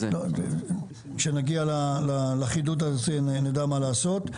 כשנגיע לחידוד, נדע מה לעשות.